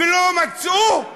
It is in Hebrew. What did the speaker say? ולא מצאו?